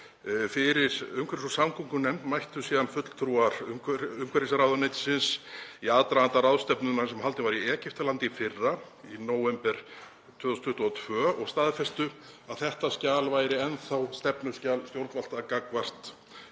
Fyrir umhverfis- og samgöngunefnd mættu síðan fulltrúar umhverfisráðuneytisins í aðdraganda ráðstefnunnar sem haldin var í Egyptalandi í fyrra, í nóvember 2022, og staðfestu að þetta skjal væri enn þá stefnuskjal stjórnvalda gagnvart